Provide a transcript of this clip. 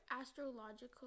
astrological